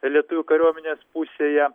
lietuvių kariuomenės pusėje